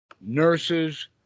nurses